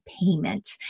payment